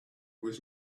was